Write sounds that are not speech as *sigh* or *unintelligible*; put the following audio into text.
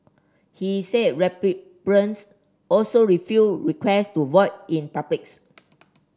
he said *unintelligible* also refused request to vote in publics